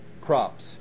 crops